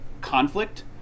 conflict